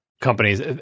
companies